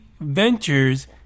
ventures